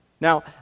Now